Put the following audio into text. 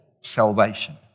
salvation